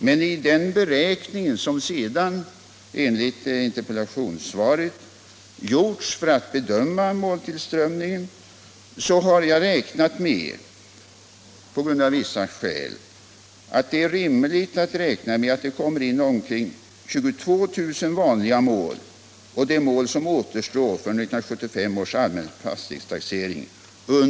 Men i den beräkning som enligt interpellationssvaret genomförts för att bedöma den framtida måltillströmningen har jag av vissa skäl funnit det rimligt antaga att det under år 1977 kommer in omkring 22 000 vanliga mål och de mål som återstår från 1975 års allmänna fastighetstaxering.